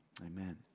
Amen